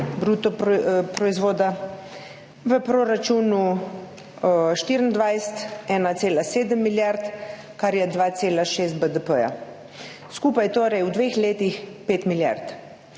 bruto proizvoda, v proračunu 2024 1,7 milijarde, kar je 2,6 BDP, skupaj torej v dveh letih 5 milijard.